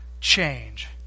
change